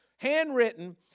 Handwritten